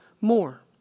more